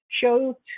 Show